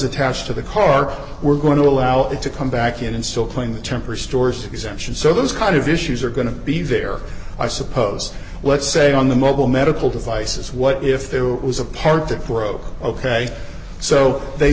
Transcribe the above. attached to the car we're going to allow it to come back in and still claim the temper store's exemption so those kind of issues are going to be there i suppose let's say on the mobile medical devices what if there was a part that broke ok so they